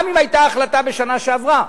גם אם היתה החלטה בשנה שעברה,